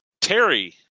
Terry